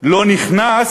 לא נכנס